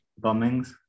bombings